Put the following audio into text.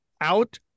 out